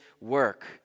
work